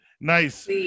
Nice